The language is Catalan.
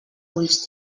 ulls